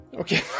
Okay